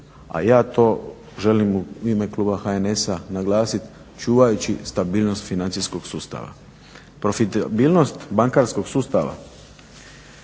a ja to želim u ime kluba HNS-a naglasiti čuvajući stabilnost financijskog sustava. Profitabilnost bankarskog sustava